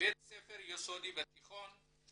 בית ספר יסודי ותיכון,